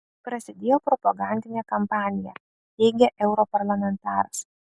prasidėjo propagandinė kampanija teigia europarlamentaras